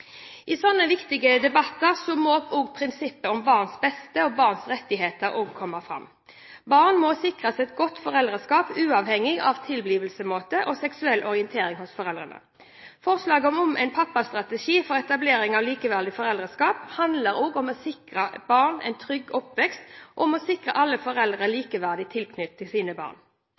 I slike viktige debatter må prinsippet om barns beste og barns rettigheter også komme fram. Barn må sikres et godt foreldreskap uavhengig av tilblivelsesmåte og seksuell orientering hos foreldrene. Forslaget om en pappastrategi for etablering av likeverdig foreldreskap handler om å sikre alle barn en trygg oppvekst og om å sikre alle foreldre likeverdig tilknytning til sine barn.